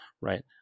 Right